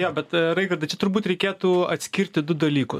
jo bet raigardai čia turbūt reikėtų skirti du dalykus